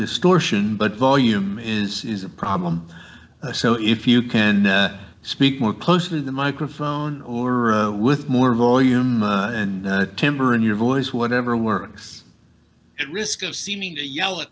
distortion but volume is is a problem so if you can speak more closely the microphone or with more volume and timbre in your voice whatever works at risk of seeming to yell at